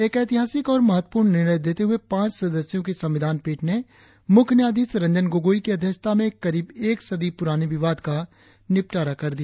एक ऐतिहासिक और महत्वपूर्ण निर्णय देते हुए पांच सदस्यों की संविधान पीठ ने मुख्य न्यायाधीश रंजन गोगोई की अध्यक्षता में करीब एक सदी पुराने विवाद का निपटारा कर दिया